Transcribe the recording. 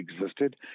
existed